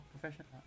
professional